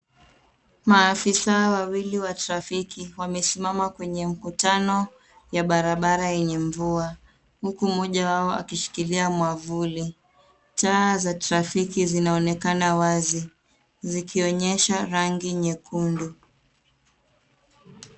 Maafisa wawili wa trafiki wamesimama kwenye mkutano ya barabara yenye mvua huku mmoja wao akishikilia mwavuli. Taa za trafiki zinaonekana wazi zikionyesha rangi nyekundu.